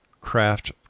craft